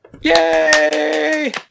Yay